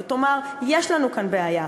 ותאמר: יש לנו כאן בעיה,